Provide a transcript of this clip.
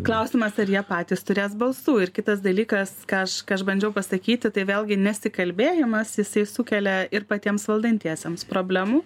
klausimas ar jie patys turės balsų ir kitas dalykas ką aš ką aš bandžiau pasakyti tai vėlgi nesikalbėjimas jisai sukelia ir patiems valdantiesiems problemų